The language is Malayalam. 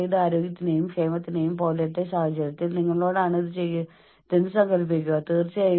എന്നിട്ട് നിങ്ങളുടെ തലയിണയോട് പറയൂ ദയവായി എന്റെ സമ്മർദമെല്ലാം പിടിച്ചുനിർത്തുക